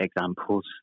examples